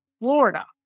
Florida